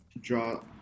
draw